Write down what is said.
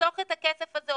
לחסוך את הכסף הזה,